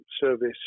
service